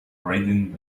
reading